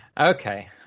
Okay